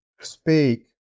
speak